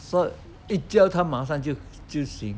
说一教他马上就就行